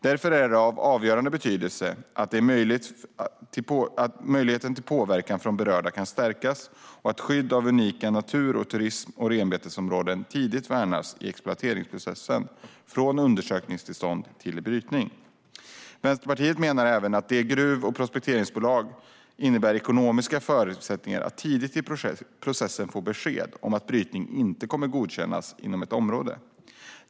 Därför är det av avgörande betydelse att möjligheten till påverkan från berörda kan stärkas och att skydd av unika natur-, turist och renbetesområden tidigt värnas i exploateringsprocessen, från undersökningstillstånd till brytning. Vänsterpartiet menar att det även för gruv och prospekteringsbolag innebär ekonomiska fördelar att tidigt i processen få besked om att brytning inte kommer att godkännas inom ett område.